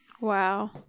Wow